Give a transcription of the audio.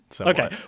Okay